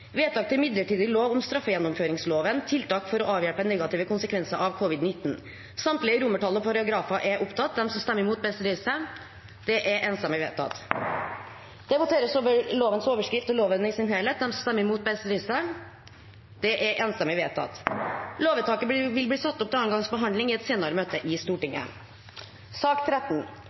vedtak til Det voteres over lovens overskrift og loven i sin helhet. Lovvedtaket vil bli ført opp til andre gangs behandling i et senere møte i Stortinget.